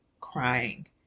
crying